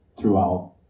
throughout